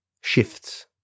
shifts